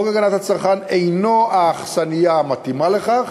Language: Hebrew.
חוק הגנת הצרכן אינו האכסניה המתאימה לכך,